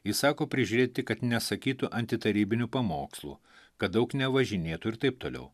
įsako prižiūrėti kad nesakytų antitarybinių pamokslų kad daug nevažinėtų ir taip toliau